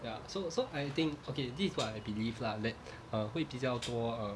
ya so so I think okay this is what I believe lah that uh 会比较多 err